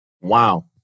Wow